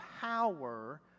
power